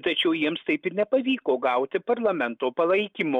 tačiau jiems taip ir nepavyko gauti parlamento palaikymo